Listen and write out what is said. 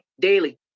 daily